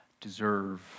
deserve